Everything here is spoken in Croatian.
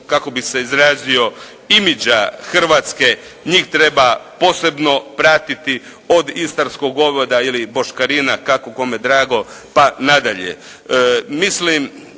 kako bih se izrazio, imidža Hrvatske, njih treba posebno paziti od istarskog goveda ili boškarina, kako kome drago pa nadalje.